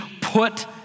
put